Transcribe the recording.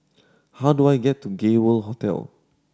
how do I get to Gay World Hotel